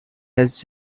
has